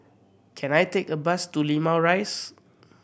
can I take a bus to Limau Rise